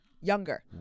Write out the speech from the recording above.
Younger